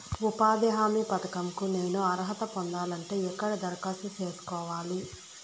ఉపాధి హామీ పథకం కు నేను అర్హత పొందాలంటే ఎక్కడ దరఖాస్తు సేసుకోవాలి?